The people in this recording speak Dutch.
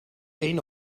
een